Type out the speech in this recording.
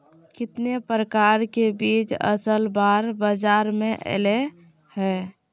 कितने प्रकार के बीज असल बार बाजार में ऐले है?